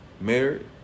married